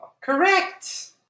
correct